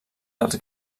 dels